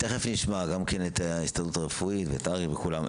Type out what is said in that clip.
תכף נשמע גם כן את ההסתדרות הרפואית ואת אריה וכולם.